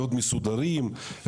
מאד מסודרים,